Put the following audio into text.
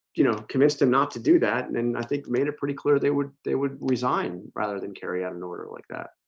you know convinced him not to do that. and and i think made it pretty clear they would they would resign rather than carry out an order like that